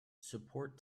support